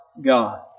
God